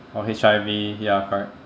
or H_I_V ya correct